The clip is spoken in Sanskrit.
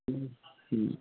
ह्म् ह्म्